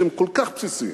שהם כל כך בסיסיים,